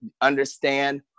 understand